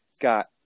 got